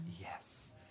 Yes